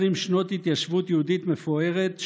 120 שנות התיישבות יהודית מפוארת,